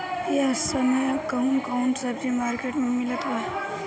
इह समय कउन कउन सब्जी मर्केट में मिलत बा?